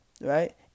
right